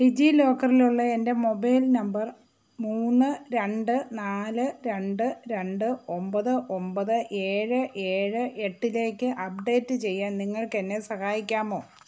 ഡിജി ലോക്കറിലുള്ള എൻ്റെ mobile number മൂന്ന് രണ്ട് നാല് രണ്ട് രണ്ട് ഒൻപത് ഒൻപത് ഏഴ് ഏഴ് എട്ടിലേക്ക് അപ്ഡേറ്റ് ചെയ്യാൻ നിങ്ങൾക്കെന്നെ സഹായിക്കാമോ